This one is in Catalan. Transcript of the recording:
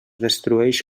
destrueix